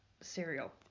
cereal